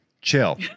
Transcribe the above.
Chill